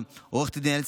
עו"ד ענת מימון,